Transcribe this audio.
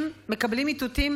הם מקבלים איתותים